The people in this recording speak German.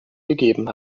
gegeben